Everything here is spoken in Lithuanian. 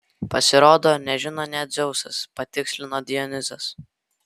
pasirodo nežino nė dzeusas patikslino dionizas